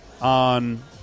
on